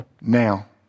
Now